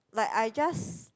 like I just